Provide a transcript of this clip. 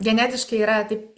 genetiškai yra taip